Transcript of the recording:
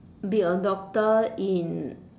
be a doctor in